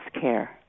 care